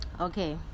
okay